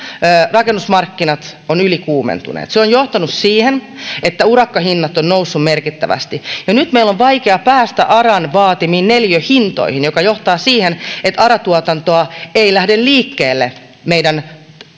rakennusmarkkinat ovat ylikuumentuneet se on johtanut siihen että urakkahinnat ovat nousseet merkittävästi jo nyt meillä on vaikea päästä aran vaatimiin neliöhintoihin mikä johtaa siihen että ara tuotantoa ei lähde liikkeelle meidän